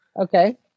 Okay